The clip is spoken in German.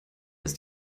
ist